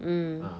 mm